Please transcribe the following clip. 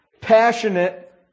passionate